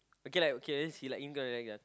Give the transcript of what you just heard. okay okay like he